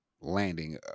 landing